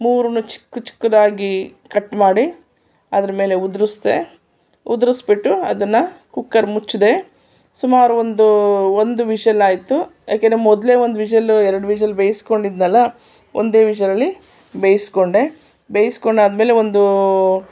ಮೂರನ್ನು ಚಿಕ್ಕ ಚಿಕ್ಕದಾಗಿ ಕಟ್ ಮಾಡಿ ಅದ್ರ ಮೇಲೆ ಉದುರಿಸ್ದೆ ಉದುರಿಸ್ಬಿಟ್ಟು ಅದನ್ನ ಕುಕ್ಕರ್ ಮುಚ್ಚಿದೆ ಸುಮಾರು ಒಂದು ಒಂದು ವಿಶಲ್ಲಾಯಿತು ಕೆಲ ಮೊದಲೇ ಒಂದು ವಿಶಲ್ ಎರ್ಡು ವಿಶಲ್ ಬೇಯಿಸ್ಕೊಂಡಿದ್ದೆನಲ್ಲ ಒಂದೇ ವಿಶಲಲ್ಲಿ ಬೇಯಿಸ್ಕೊಂಡೆ ಬೇಯಿಸ್ಕೊಂಡಾದ್ಮೇಲೆ ಒಂದು